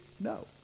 no